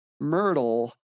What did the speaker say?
Myrtle